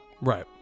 right